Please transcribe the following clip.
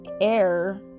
air